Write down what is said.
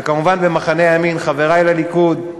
וכמובן, במחנה הימין, חברי לליכוד,